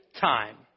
time